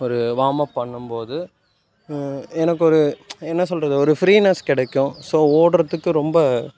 ஒரு warm up பண்ணும் போது எனக்கு ஒரு என்ன சொல்கிறது ஒரு ஃப்ரீனஸ் கிடைக்கும் ஸோ ஓடுகிறத்துக்கு ரொம்ப